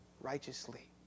righteously